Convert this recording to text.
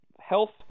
health